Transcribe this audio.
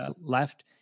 left